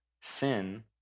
sin